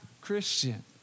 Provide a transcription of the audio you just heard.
Christian